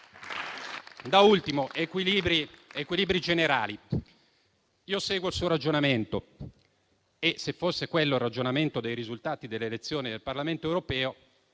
Da ultimo: equilibri generali. Io seguo il suo ragionamento e, se fosse quello il ragionamento sui risultati delle elezioni del Parlamento europeo